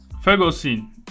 Ferguson